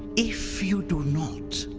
if you do not,